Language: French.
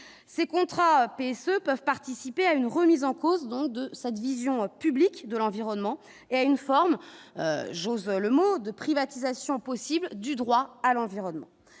ces contrats peuvent participer à une remise en cause, donc de sa division public de l'environnement et une forme, j'ose le mot de privatisation possible du droit à l'environnement,